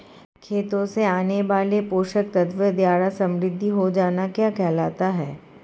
खेतों से आने वाले पोषक तत्वों द्वारा समृद्धि हो जाना क्या कहलाता है?